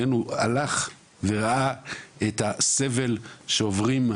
הוא הלך וראה את הסבל שעוברים האזרחים.